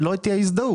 שלא תהיה הזדהות.